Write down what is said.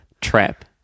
Trap